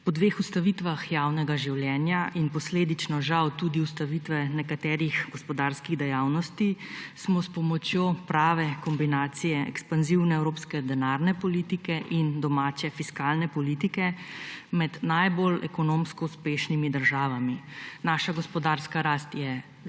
Po dveh ustavitvah javnega življenja in posledično žal tudi ustavitvi nekaterih gospodarskih dejavnosti smo s pomočjo prave kombinacije ekspanzivne evropske denarne politike in domače fiskalne politike med najbolj ekonomsko uspešnimi državami. Naša gospodarska rast je